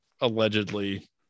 allegedly –